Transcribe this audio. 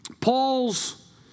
Paul's